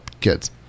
kids